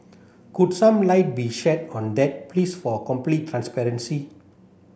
could some light be shed on that please for complete transparency